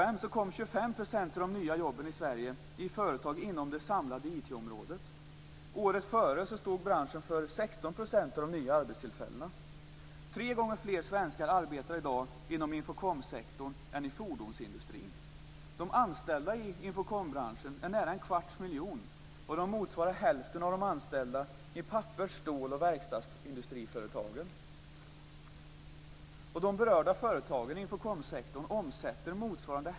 Året före stod branschen för 16 % av de nya arbetstillfällena. Tre gånger fler svenskar arbetar i dag inom infokomsektorn än i fordonsindustrin.